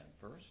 first